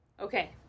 Okay